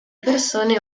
persone